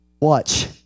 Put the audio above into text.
Watch